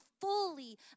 fully